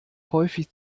häufig